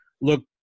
look